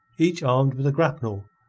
each armed with a grapnel,